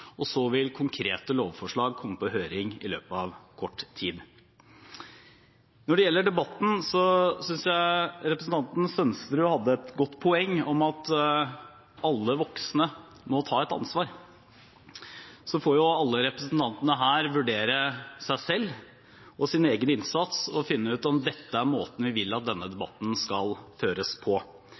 vil konkrete lovforslag komme på høring i løpet av kort tid. Når det gjelder debatten, synes jeg representanten Sønsterud hadde et godt poeng om at alle voksne må ta et ansvar. Så får alle representantene her vurdere seg selv og sin egen innsats og finne ut om dette er måten vi vil at denne debatten skal føres på.